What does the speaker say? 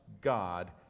God